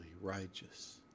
righteous